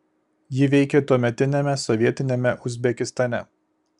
ji veikė tuometiniame sovietiniame uzbekistane